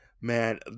Man